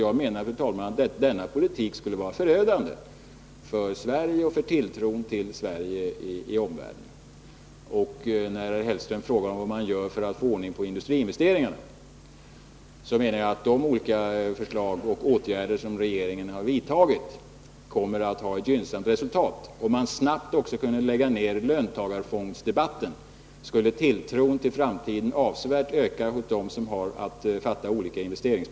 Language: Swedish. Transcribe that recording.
Jag menar, fru talman, att denna politik skulle vara förödande för Sverige och för tilltron till Sverige i omvärlden. Herr Hellström frågar vad regeringen gör för att få ordning på industriinvesteringarna, och jag vill då säga att de olika förslag som regeringen har lagt fram och de åtgärder som har vidtagits kommer att få ett gynnsamt resultat. Om man dessutom snabbt kunde avsluta löntagarfondsdebatten, skulle tilltron till framtiden avsevärt öka hos dem som har att fatta beslut om olika investeringar.